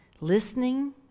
Listening